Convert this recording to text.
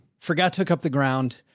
forgot to hook up the ground,